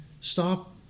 stop